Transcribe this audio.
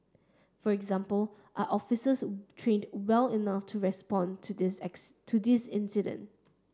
for example are officers trained well enough to respond to these to these incident